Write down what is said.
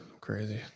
crazy